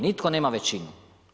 Nitko nema većinu.